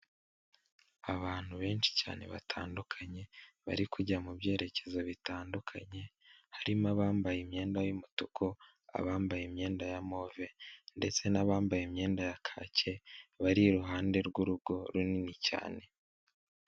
Abantu benshi cyane batandukanye bari kujya mu byerekezo bitandukanye, harimo abambaye imyenda y'umutuku, abambaye imyenda ya move ndetse n'abambaye imyenda ya kaki bari iruhande rw'urugo runini cyane.